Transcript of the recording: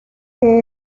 que